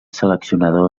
seleccionador